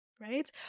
right